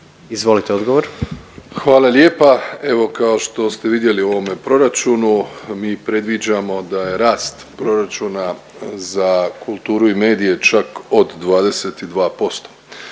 Andrej (HDZ)** Hvala lijepa. Evo, kao što ste vidjeli u ovome proračunu, mi predviđamo da je rast proračuna za kulturu i medije čak od 22%.